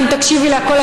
אם תקשיבי להכול,